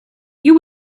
you